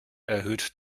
erhöht